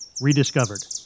rediscovered